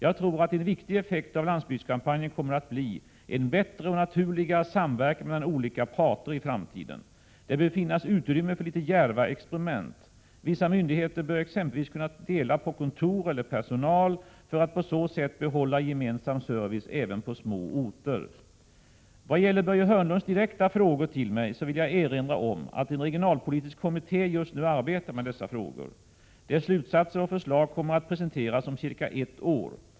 Jag tror att en viktig effekt av landsbygdskampanjen kommer att bli en bättre och naturligare samverkan mellan olika parter i framtiden. Det bör finnas utrymme för litet djärva experiment. Vissa myndigheter bör exempelvis kunna dela på kontor eller personal för att på så sätt behålla gemensam service även på små orter. Vad gäller Börje Hörnlunds direkta fråga till mig så vill jag erinra om att en regionalpolitisk kommitté just nu arbetar med dessa frågor. Dess slutsatser och förslag kommer att presenteras om cirka ett år.